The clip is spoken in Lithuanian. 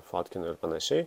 fotkinu ir panašiai